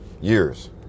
years